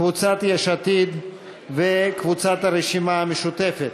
קבוצת יש עתיד וקבוצת הרשימה המשותפת.